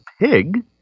pig